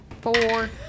Four